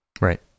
Right